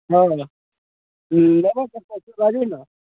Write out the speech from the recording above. हँ लेबै केतना से बाजू ने